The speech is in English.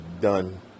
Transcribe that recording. done